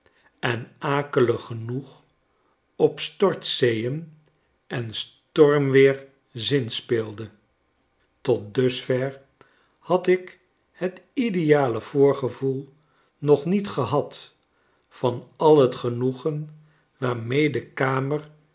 en akelig genoeg op stortzeeen en stormweer zinspeelde tot dusver had ik het ideale voorgevoel nog niet gehad van al t genoegen waarmee de kamer